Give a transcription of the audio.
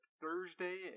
Thursday